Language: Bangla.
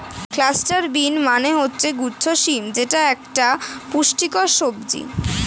ক্লাস্টার বিন মানে হচ্ছে গুচ্ছ শিম যেটা একটা পুষ্টিকর সবজি